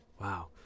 Wow